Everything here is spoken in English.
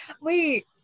Wait